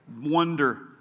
wonder